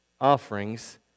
offerings